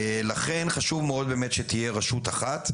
לכן חשוב מאוד שתהיה רשות אחת,